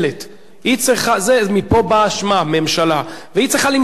מפה בא שמה, ממשלה, היא צריכה למשול ולהחליט.